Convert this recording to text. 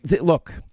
Look